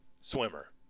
swimmer